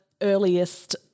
Earliest –